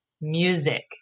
music